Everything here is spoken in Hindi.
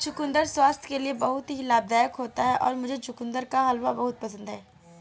चुकंदर स्वास्थ्य के लिए बहुत ही लाभदायक होता है मुझे चुकंदर का हलवा बहुत पसंद है